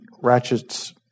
ratchets